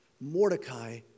Mordecai